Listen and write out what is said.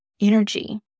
energy